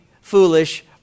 foolish